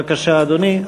בבקשה, אדוני.